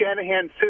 Shanahan